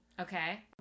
okay